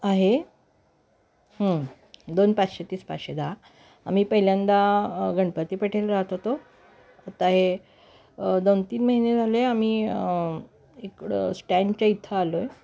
आहे दोन पाचशे तीस पाचशे दहा आम्ही पहिल्यांदा गणपती पेठेला राहत होतो आता हे दोन तीन महिने झाले आम्ही इकडं स्टँडच्या इथं आलो आहे